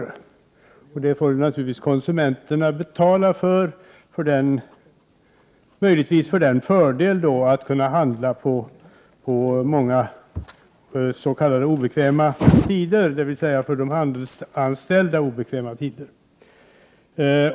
Konsumenterna får naturligtvis betala för den fördel som det möjligen är att kunna handla på många s.k. obekväma tider, dvs. för de handelsanställda obekväma tider.